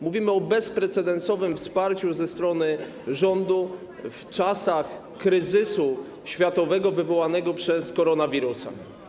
Mówimy o bezprecedensowym wsparciu ze strony rządu w czasach kryzysu światowego wywołanego przez koronawirusa.